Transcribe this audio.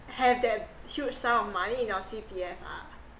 have that huge sum of money in your C_P_F ah